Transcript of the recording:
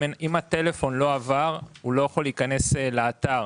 אם הטלפון לא עבר הוא לא יכול להיכנס לאתר,